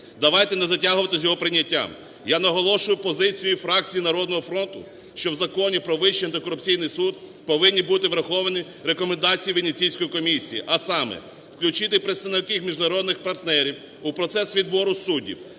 Давайте не затягувати з його прийняттям. Я наголошую позицію фракції "Народного фронту", що в Законі про Вищій антикорупційний суд повинні бути враховані рекомендації Венеціанської комісії, а саме включити представників міжнародних партнерів у процес відбору суддів.